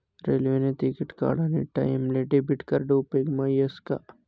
रेल्वेने तिकिट काढानी टाईमले डेबिट कार्ड उपेगमा यस का